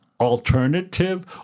alternative